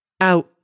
Out